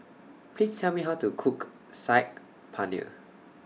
Please Tell Me How to Cook Saag Paneer